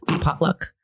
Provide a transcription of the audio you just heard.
potluck